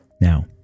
Now